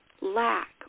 lack